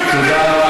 תודה.